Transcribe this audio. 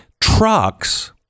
trucks